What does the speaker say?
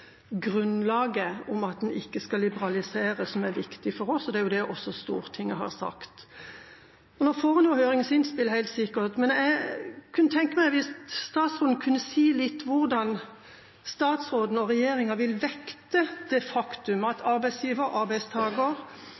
grunnlaget om at en ikke skal liberalisere som er viktig for oss, og det er jo også det Stortinget har sagt. Nå får en jo helt sikkert høringsinnspill, men kunne statsråden si litt om hvordan hun og regjeringa vil vekte det faktum at arbeidsgivere og